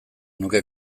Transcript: nuke